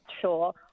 sure